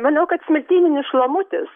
maniau kad smiltyninis šlamutis